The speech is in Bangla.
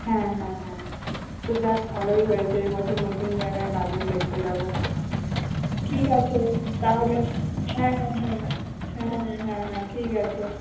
হ্যাঁ হ্যাঁ হ্যাঁ যাক ভালোই হয়েছে এ বছর নতুন জায়গায় গাজন দেখতে যাবো ঠিক আছে তাহলে হ্যাঁ হ্যাঁ হ্যাঁ হ্যাঁ হ্যাঁ হ্যাঁ ঠিক আছে